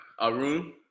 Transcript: Arun